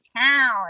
town